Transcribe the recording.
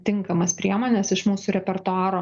tinkamas priemones iš mūsų repertuaro